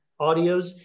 audios